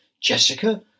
Jessica